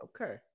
Okay